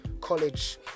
college